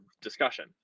discussion